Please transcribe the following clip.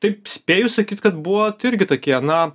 taip spėju sakyt kad buvot irgi tokie na